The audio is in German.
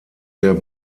der